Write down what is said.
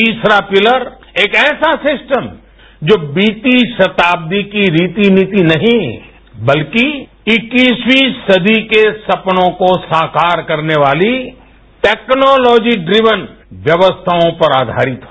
तीसरा पिलर एक ऐसा सिस्टम जो बीती शताब्दी की रीति नीति नहीं बल्कि इक्कसवीं संदी के सपनों को साकार करने वाली टेक्नालॉजी ड्रिवेन व्यवस्थाओं पर आधारित हो